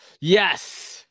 Yes